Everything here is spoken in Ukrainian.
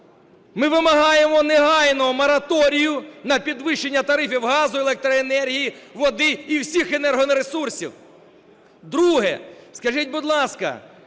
Ми вимагаємо негайного мораторію на підвищення тарифів газу і електроенергії, води і всіх енергоресурсів. Друге. Скажіть, будь ласка,